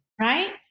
right